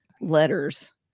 letters